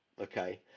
Okay